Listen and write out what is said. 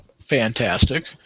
fantastic